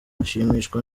ashimishwa